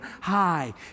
high